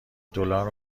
دلار